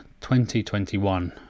2021